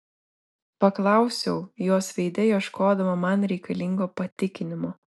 paklausiau jos veide ieškodama man reikalingo patikinimo